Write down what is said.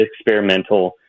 experimental